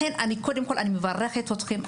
לכן אני קודם כל מברכת אתכם,